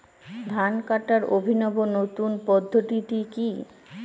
ধান কাটার অভিনব নতুন পদ্ধতিটি কি?